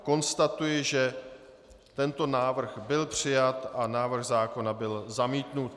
Konstatuji, že tento návrh byl přijat a návrh zákona byl zamítnut.